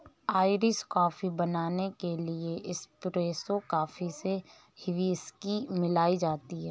Irish coffee बनाने के लिए एस्प्रेसो कॉफी में व्हिस्की मिलाई जाती है